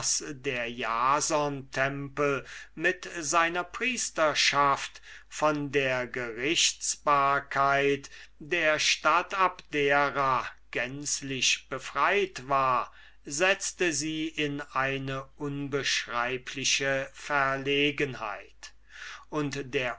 der jasontempel mit seiner priesterschaft von der gerichtsbarkeit der stadt abdera gänzlich befreit war setzte sie in eine unbeschreibliche verlegenheit und der